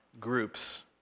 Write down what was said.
groups